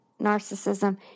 narcissism